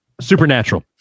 Supernatural